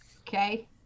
Okay